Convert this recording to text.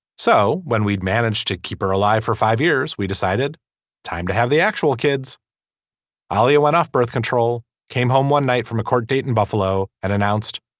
so when we'd managed to keep her alive for five years we decided time to have the actual kids ah aliya went off birth control came home one night from a court date in buffalo and announced.